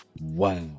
Wow